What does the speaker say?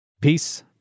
Peace